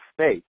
space